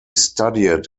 studied